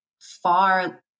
far